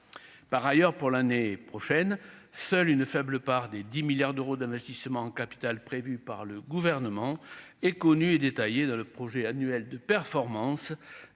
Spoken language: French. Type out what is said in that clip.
par ailleurs pour l'année prochaine, seule une faible part des 10 milliards d'euros d'investissement en capital prévues par le gouvernement est connu et détaillée dans le projet annuel de performance du